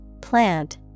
plant